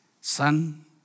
Son